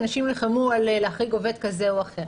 אנשים נלחמו להחריג עובד כזה או אחר.